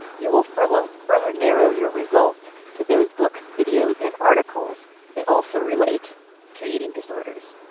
you will further um further narrow your results to those books, videos and articles that also relate to eating disorders.